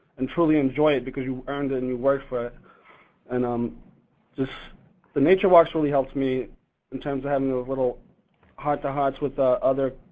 and truly enjoy it because you earned it and you worked for it and um just the nature walks really helped me in terms of having those little heart-to-hearts with the other